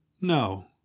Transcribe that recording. No